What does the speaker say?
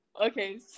Okay